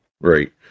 Right